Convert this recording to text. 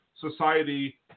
society